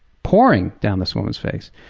pouring down this woman's face.